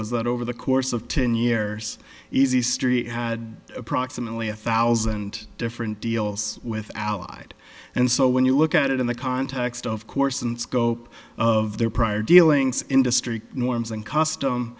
was that over the course of ten years easy street had approximately a thousand different deals with allied and so when you look at it in the context of course and scope of their prior dealings industry norms and custom